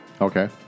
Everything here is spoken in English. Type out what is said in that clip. okay